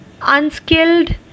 unskilled